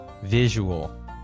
Visual